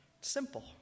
Simple